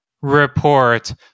report